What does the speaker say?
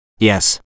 Yes